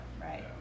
right